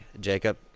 Jacob